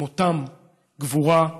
מותם, גבורה,